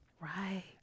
Right